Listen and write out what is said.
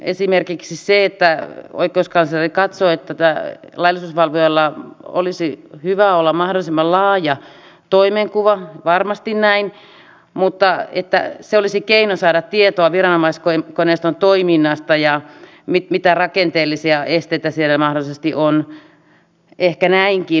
esimerkiksi oikeuskansleri katsoo että hän voi koska se katsoi tätä ei ole vaan laillisuusvalvojalla olisi hyvä olla mahdollisimman laaja toimenkuva varmasti näin ja että se olisi keino saada tietoa viranomaiskoneiston toiminnasta ja siitä mitä rakenteellisia esteitä siellä mahdollisesti on ehkä näinkin